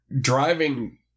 driving